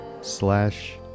slash